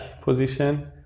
position